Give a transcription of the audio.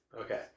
Okay